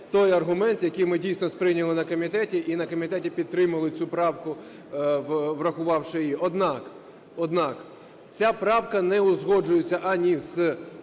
той аргумент, який ми дійсно сприйняли на комітеті і на комітеті підтримали цю правку, врахувавши її. Однак, однак ця правка не узгоджується ані з текстом